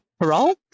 parole